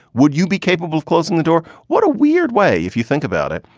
would you be capable of closing the door? what a weird way, if you think about it,